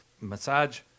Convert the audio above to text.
massage